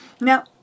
Now